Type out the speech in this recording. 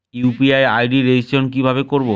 UPI ID registration কিভাবে করব?